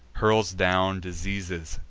hurls down diseases,